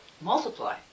multiply